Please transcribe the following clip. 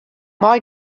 mei